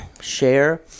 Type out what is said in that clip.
share